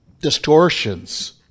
distortions